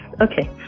Okay